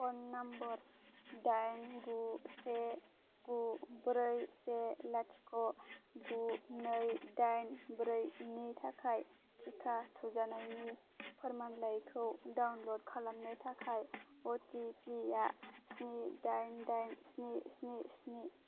phone number दाइन गु से गु ब्रै से लाथिख' गु नै दाइन ब्रैनि थाखाय टिका थुजानायनि फोरमानलाइखौ डाउनल'ड खालामनो थाखाय अ टि पि आ स्नि दाइन दाइन स्नि स्नि स्नि